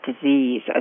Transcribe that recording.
disease